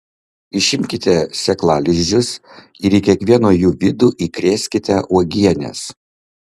išimkite sėklalizdžius ir į kiekvieno jų vidų įkrėskite uogienės